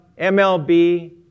MLB